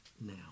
now